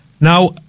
Now